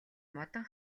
модон